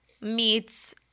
meets